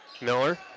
Miller